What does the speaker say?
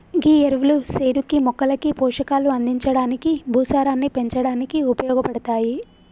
గీ ఎరువులు సేనుకి మొక్కలకి పోషకాలు అందించడానికి, భూసారాన్ని పెంచడానికి ఉపయోగపడతాయి